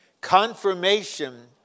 Confirmation